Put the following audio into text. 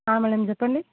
madam చెప్పండి